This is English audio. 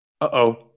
Uh-oh